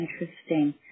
interesting